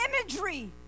imagery